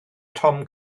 tom